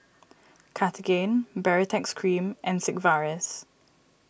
Cartigain Baritex Cream and Sigvaris